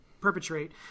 perpetrate